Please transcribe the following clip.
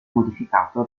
modificato